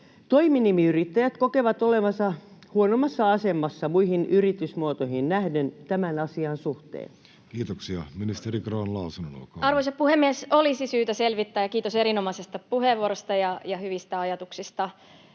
Toiminimiyrittäjät kokevat olevansa huonommassa asemassa muihin yritysmuotoihin nähden tämän asian suhteen. Kiitoksia. — Ministeri Grahn-Laasonen, olkaa hyvä. Arvoisa puhemies! Olisi syytä selvittää, ja kiitos erinomaisesta puheenvuorosta ja hyvistä ajatuksista.